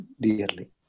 dearly